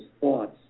thoughts